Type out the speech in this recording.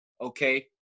Okay